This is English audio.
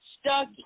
stuck